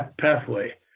pathway